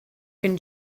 can